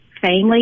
family